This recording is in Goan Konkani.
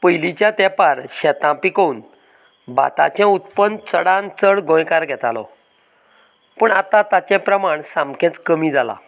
पयलींच्या तेंपार शेतां पिकोवन भाताचे उत्पन्न चडांत चड गोंयकार घेतालो पूण आता ताचें प्रमाण सामकेंच कमी जालां